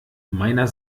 meiner